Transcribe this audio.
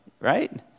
right